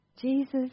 Jesus